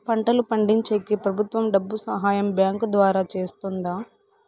పంటలు పండించేకి ప్రభుత్వం డబ్బు సహాయం బ్యాంకు ద్వారా చేస్తుందా?